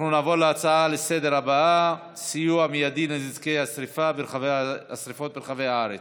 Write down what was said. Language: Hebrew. נעבור להצעות לסדר-היום הבאות: סיוע מיידי בנזקי השרפות ברחבי הארץ,